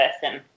person